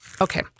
Okay